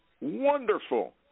Wonderful